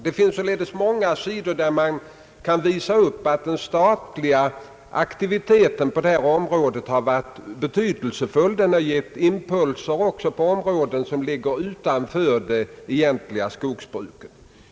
Det finns alltså många områden där man kan visa upp att denna statliga aktivitet varit betydelsefull och gett impulser även på fält som ligger utanför det egentliga skogsbruket.